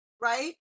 right